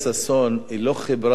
הגברת טליה ששון,